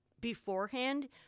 beforehand